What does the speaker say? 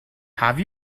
have